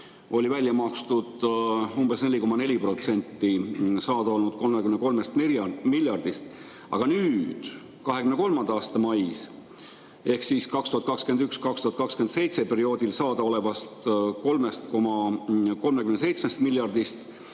oli välja makstud umbes 4,4% saada olnud 33 miljardist, aga nüüd, 2023. aasta mais ehk perioodil 2021–2027 saadaolevast 3,37 miljardist